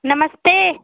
नमस्ते